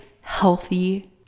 healthy